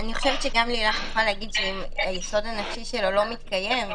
אני חושבת שגם לילך יכולה להגיד שאם היסוד הנפשי שלו לא מתקיים,